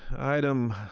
item